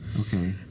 okay